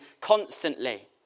constantly